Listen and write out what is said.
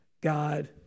God